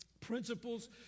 Principles